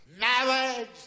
marriage